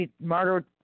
murder